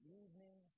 evening